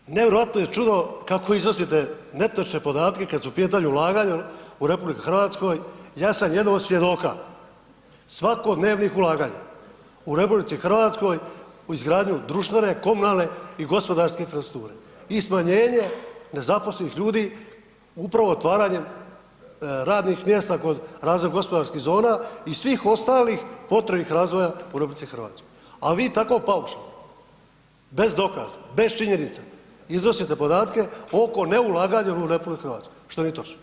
Drugo, nevjerojatno je čudo kako iznosite netočne podatke kad su u pitanju ulaganja u RH, ja sam jedan od svjedoka svakodnevnih ulaganja u RH u izgradnju društvene, komunalne i gospodarske infrastrukture i smanjenje nezaposlenih ljudi upravo otvaranjem radnih mjesta kod razvoja gospodarskih zona i svih ostalih potrebnih razvoja u RH a vi tako paušalno, bez dokaza, bez činjenica iznosite podatke oko neulaganja u RH što nije točno.